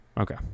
Okay